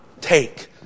take